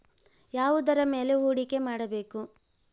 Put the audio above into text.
ಯಾವುದರ ಮೇಲೆ ಹೂಡಿಕೆ ಮಾಡಬೇಕು?